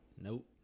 Nope